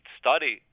study